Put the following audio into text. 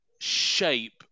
shape